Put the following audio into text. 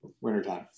wintertime